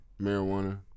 marijuana